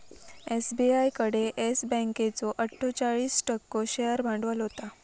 SBI कडे Yes बँकेचो अट्ठोचाळीस टक्को शेअर भांडवल होता